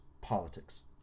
politics